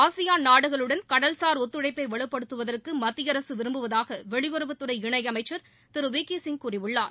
ASEAN நாடுகளுடன் கடல்சார் ஒத்துழைப்பை வலுப்படுத்துவதற்கு மத்திய அரசு விரும்புவதாக வெளியுறவுத்துறை இணை அமைச்சர் திரு வி கே சிங் கூறியுள்ளார்